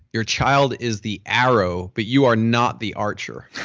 your child is the arrow but you are not the archer.